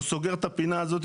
הוא סוגר את הפינה הזאת,